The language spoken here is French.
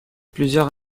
plusieurs